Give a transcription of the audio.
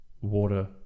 water